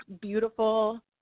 beautiful